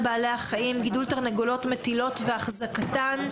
בע"ח) (גידול תרנגולות מטילות והחזקתן).